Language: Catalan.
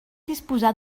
disposar